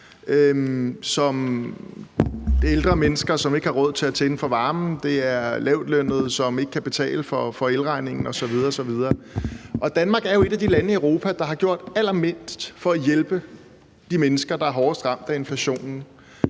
er ældre mennesker, som ikke har råd til at tænde for varmen, det er lavtlønnede, som ikke kan betale elregningen osv. osv. Danmark er jo et af de lande i Europa, der har gjort allermindst for at hjælpe de mennesker, der er hårdest ramt af inflationen.